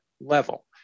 level